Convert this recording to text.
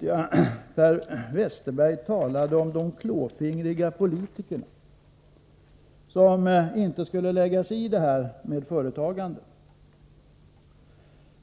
talade Per Westerberg om de klåfingriga politikerna, som inte borde lägga sig i företagandet.